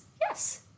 yes